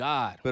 God